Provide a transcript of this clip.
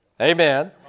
Amen